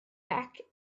back